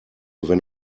wenn